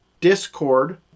discord